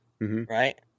right